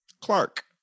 Clark